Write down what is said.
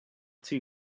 too